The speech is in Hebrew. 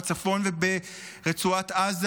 בצפון וברצועת עזה,